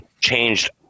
changed